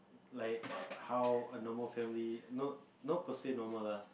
like how a normal family not per say normal lah